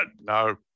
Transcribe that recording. No